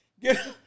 Get